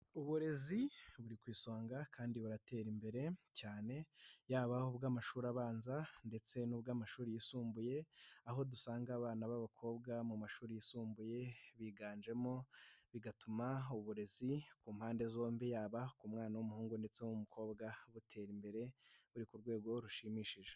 Uburezi buri ku isonga kandi buratera imbere cyane, yaba ubw'amashuri abanza ndetse n'ubw'amashuri yisumbuye, aho dusanga abana b'abakobwa mu mashuri yisumbuye biganjemo, bigatuma uburezi ku mpande zombi, yaba ku mwana w'umuhungu cyangwa umukobwa, butera imbere uri ku rwego rushimishije.